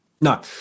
No